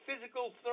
physical